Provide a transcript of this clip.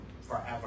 forever